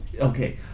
Okay